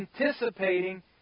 anticipating